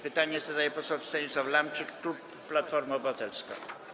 Pytanie zadaje poseł Stanisław Lamczyk, klub Platforma Obywatelska.